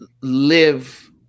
live